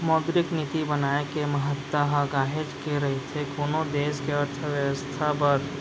मौद्रिक नीति बनाए के महत्ता ह काहेच के रहिथे कोनो देस के अर्थबेवस्था बर